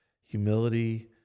Humility